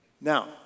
Now